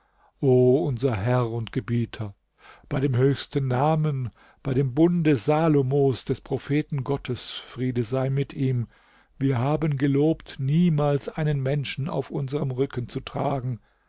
unser herr und gebieter bei dem höchsten namen bei dem bunde salomos des propheten gottes friede sei mit ihm wir haben gelobt niemals einen menschen auf unserem rücken zu tragen